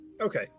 Okay